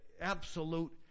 absolute